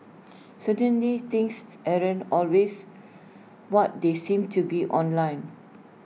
certainly things always what they seem to be online